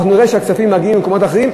ואנחנו נראה שהכספים מגיעים למקומות אחרים,